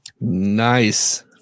Nice